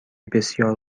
بسیار